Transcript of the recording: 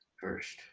first